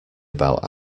about